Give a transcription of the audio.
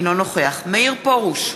אינו נוכח מאיר פרוש,